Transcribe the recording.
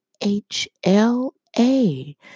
HLA